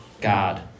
God